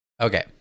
Okay